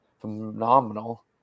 Phenomenal